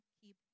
keep